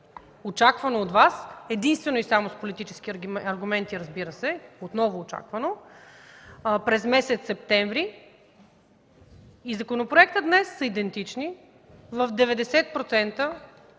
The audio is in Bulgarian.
очаквано от Вас единствено и само с политически аргументи, разбира се, отново очаквано, през месец септември, и законопроектът днес са идентични в 90%,